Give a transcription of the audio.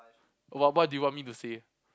what what do you want me to say